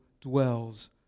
dwells